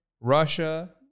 Russia